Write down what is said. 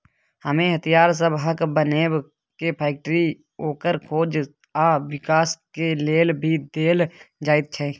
इमे हथियार सबहक बनेबे के फैक्टरी, ओकर खोज आ विकास के लेल भी देल जाइत छै